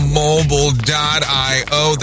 mobile.io